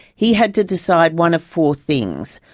he had to decide one of four things.